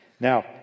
Now